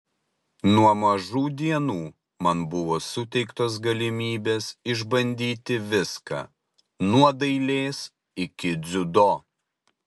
nuo mažų dienų man buvo suteiktos galimybės išbandyti viską nuo dailės iki dziudo